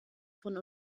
von